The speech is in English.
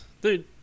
dude